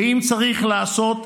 ואם צריך לעשות,